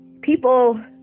people